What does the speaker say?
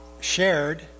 shared